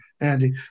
Andy